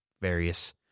various